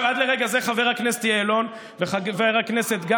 חבר כנסת,